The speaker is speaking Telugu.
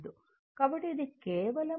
కాబట్టి ఇది కేవలం iL Vmω L cos ω t